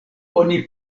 oni